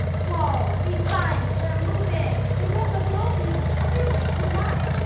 whoa, these vines, they're moving. they won't let go of me. everyone relax.